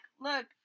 look